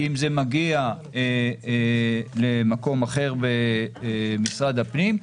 כי אם זה מגיע למקום אחר במשרד הפנים,